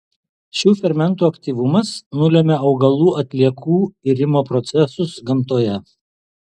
šių fermentų aktyvumas nulemia augalų atliekų irimo procesus gamtoje